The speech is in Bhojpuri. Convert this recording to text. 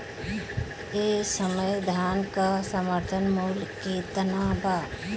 एह समय धान क समर्थन मूल्य केतना बा?